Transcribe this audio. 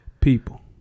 people